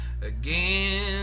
again